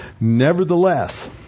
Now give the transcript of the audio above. Nevertheless